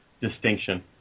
distinction